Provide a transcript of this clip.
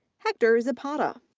hector zapata.